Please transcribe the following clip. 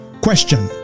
Question